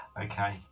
Okay